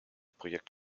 projekt